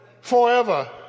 forever